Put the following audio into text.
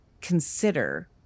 consider